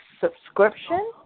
subscription